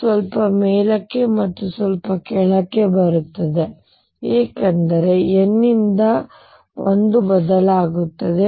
ಸ್ವಲ್ಪ ಮೇಲಕ್ಕೆ ಮತ್ತು ಕೆಳಕ್ಕೆ ಬರುತ್ತಿದೆ ಏಕೆಂದರೆ n ನಿಂದ 1 ಬದಲಾಗುತ್ತದೆ